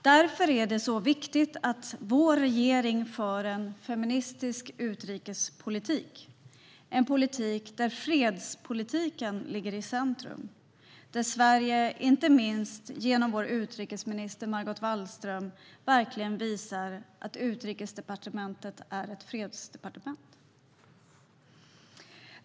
Därför är det viktigt att vår regering för en feministisk utrikespolitik - en politik där fredspolitiken ligger i centrum, och där Sverige inte minst genom utrikesminister Margot Wallström verkligen visar att Utrikesdepartementet är ett fredsdepartement.